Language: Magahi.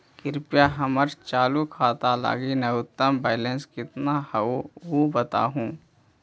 कृपया हमर चालू खाता लगी न्यूनतम बैलेंस कितना हई ऊ बतावहुं